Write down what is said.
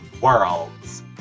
Worlds